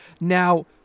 Now